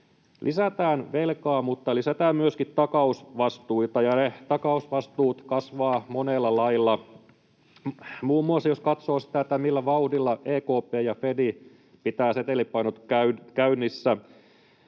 lisätään velkaa mutta lisätään myöskin takausvastuita, ja ne takausvastuut kasvavat monella lailla. Muun muassa, jos katsoo sitä, millä vauhdilla EKP ja FED pitävät setelipainot käynnissä,